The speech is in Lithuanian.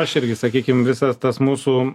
aš irgi sakykim visas tas mūsų